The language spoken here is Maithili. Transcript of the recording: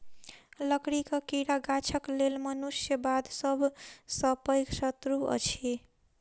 लकड़ीक कीड़ा गाछक लेल मनुष्य बाद सभ सॅ पैघ शत्रु अछि